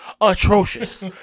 Atrocious